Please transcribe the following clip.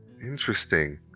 Interesting